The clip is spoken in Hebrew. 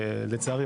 לצערי,